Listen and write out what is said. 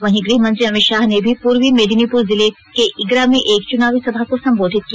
वहीं गृहमंत्री अमित शाह ने भी पूर्वी मेदिनीपुर जिले के इगरा में एक चुनावी सभा को संबोधित किया